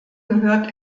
gehört